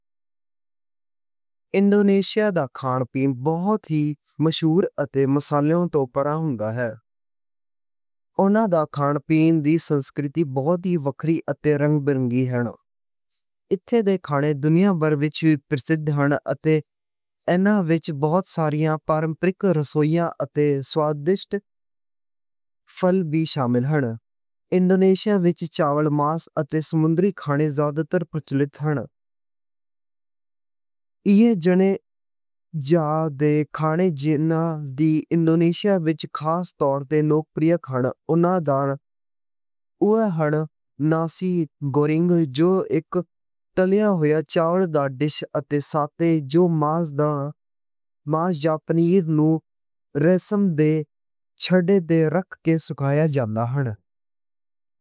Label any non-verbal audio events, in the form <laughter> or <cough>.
انڈونیشیا دا کھان پین بہت ہی مشہور اتے مصالحے توں پرے ہوندا ہے۔ انہاں دا کھان پین دی سنسکریتی بہت ہی وکری اتے رنگ برنگی ہن۔ ایتھے دے کھانے دنیا بھر وچ پرسِد ہن۔ اتے اینا وچ بہت ساری پرمپرک رسویاں اتے سوادشٹ <hesitation> پھل وی شامل ہن۔ انڈونیشیا وچ چاول، ماس اتے سمندری کھانے زیادہ تر پسند کیتے جاندے ہن۔ اے جنے جدا کھانے جنہاں دی انڈونیشیا وچ ایک خاص طور تے لوک پریئے ہن۔ انہاں داں <hesitation> اوہ ہن ناسی گورینگ جو اک تلیا ہویا چاول دا ڈش اتے ساتے۔ جو ماس یا مچھلی نوں مصالحے وچ رکھ کے سیکیا جاندا ہن۔